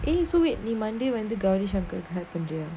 eh so wait நீ:nee monday வந்து:vanthu gawrishankar க்கு:ku help பண்ரியா:panriyaa